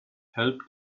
help